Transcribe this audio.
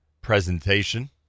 presentation